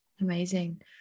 Amazing